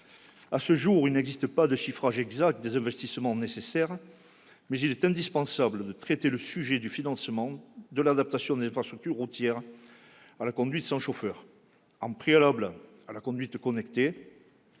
À ce jour, il n'existe pas de chiffrage précis des investissements nécessaires, mais il est indispensable de traiter le sujet du financement de l'adaptation des infrastructures routières à la conduite sans chauffeur. En préalable au développement